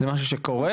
זה משהו שקורה,